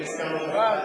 אם הזכרנו את